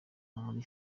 muri